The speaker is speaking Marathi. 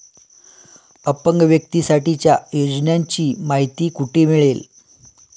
अपंग व्यक्तीसाठीच्या योजनांची माहिती कुठे मिळेल?